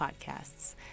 podcasts